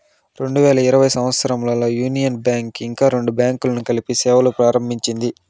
రెండు వేల ఇరవై సంవచ్చరంలో యూనియన్ బ్యాంక్ కి ఇంకా రెండు బ్యాంకులను కలిపి సేవలును ప్రారంభించింది